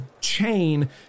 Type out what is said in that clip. chain